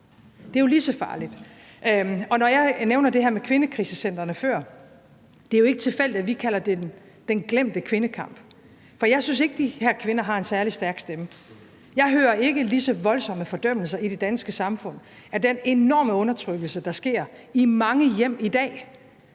Det er jo lige så farligt. Når jeg nævnte det her med kvindekrisecentrene før, er det jo ikke tilfældigt, at vi kalder det den glemte kvindekamp. For jeg synes ikke, de her kvinder har en særlig stærk stemme. Jeg hører ikke i lige så høj grad voldsomme fordømmelser i det danske samfund af den enorme undertrykkelse, der sker i mange hjem i dag